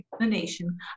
explanation